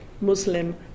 Muslim